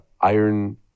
Iron